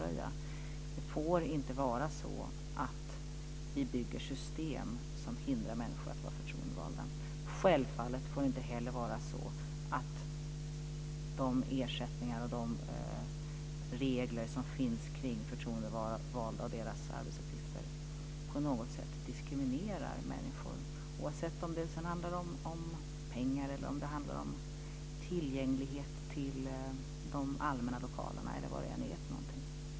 Det får inte vara så att vi bygger system som hindrar människor att vara förtroendevalda. De ersättningar och de regler som finns när det gäller de förtroendevalda och deras arbetsuppgifter får självfallet inte på något sätt diskriminera människor, oavsett om det handlar om pengar eller tillgänglighet till de allmänna lokalerna.